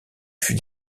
fut